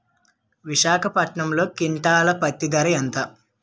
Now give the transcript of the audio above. విశాఖపట్నంలో క్వింటాల్ పత్తి ధర ఎంత?